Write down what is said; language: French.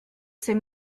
ses